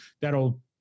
that'll